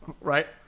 Right